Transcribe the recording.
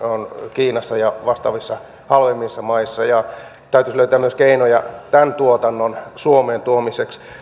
kiinassa ja vastaavissa halvemmissa maissa ja täytyisi löytää myös keinoja tämän tuotannon suomeen tuomiseksi